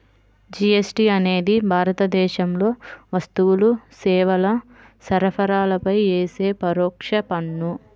GST అనేది భారతదేశంలో వస్తువులు, సేవల సరఫరాపై యేసే పరోక్ష పన్ను